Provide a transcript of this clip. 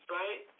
right